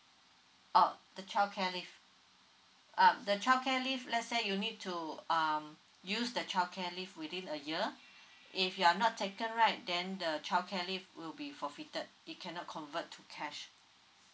oh the childcare leave um the childcare leave let's say you need to um use the childcare leave within a year if you are not taken right then the childcare leave will be forfeited it cannot convert to cash